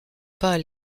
pas